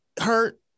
hurt